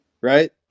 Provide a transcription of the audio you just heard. right